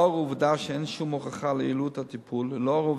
לנוכח העובדה שאין שום הוכחה ליעילות הטיפול ולנוכח